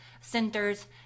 centers